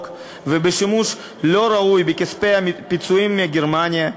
ובשימוש לא ראוי בכספי הפיצויים מגרמניה,